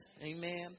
Amen